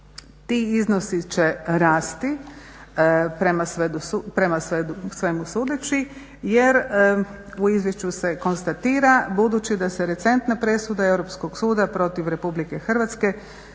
Ti iznosi će rasti prema svemu sudeći, jer u Izvješću se konstatira budući da se recentne presude Europskog suda protiv Republike Hrvatske